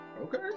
okay